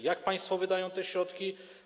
Jak państwo wydają te środki?